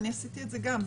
אני עשיתי את זה גם,